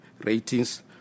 ratings